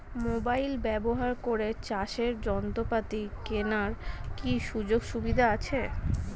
Mobile ব্যবহার করে চাষের যন্ত্রপাতি কেনার কি সুযোগ সুবিধা আছে?